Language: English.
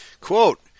Quote